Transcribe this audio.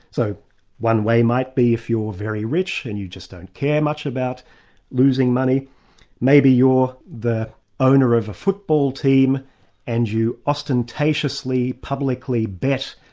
so one way might be if you're very rich and you just don't care much about losing money maybe you're the owner of a football team and you ostentatiously, publicly bet,